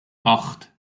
acht